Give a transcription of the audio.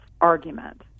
argument